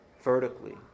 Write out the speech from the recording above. vertically